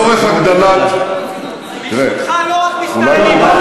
לצורך הגדלת, תראה, באמת תודה.